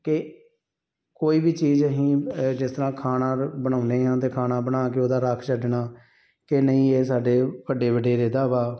ਕਿ ਕੋਈ ਵੀ ਚੀਜ਼ ਅਸੀਂ ਜਿਸ ਤਰ੍ਹਾਂ ਖਾਣਾ ਬਣਾਉਂਦੇ ਹਾਂ ਅਤੇ ਖਾਣਾ ਬਣਾ ਕੇ ਉਹਦਾ ਰਾਕ ਛੱਡਣਾ ਕਿ ਨਹੀਂ ਇਹ ਸਾਡੇ ਵੱਡੇ ਵਡੇਰੇ ਦਾ ਵਾ